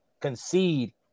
concede